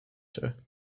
show